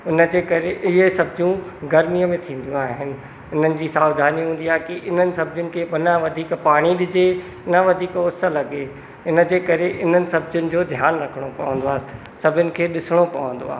इन जे करे इहे सब्जियूं गर्मीअ में थींदियूं आहिनि इन्हनि जी सावधानी हूंदी आहे की इन्हनि सब्जियुनि खे न वधीक पाणी ॾिजे न वधीक उस लॻे इन जे करे इन्हनि सभु सब्जियुनि जो ध्यानु रखिणो पवंदो आहे सभिनि खे ॾिसिणो पवंदो आहे